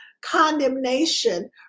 condemnation